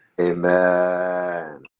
Amen